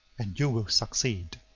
and you will succeed.